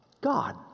God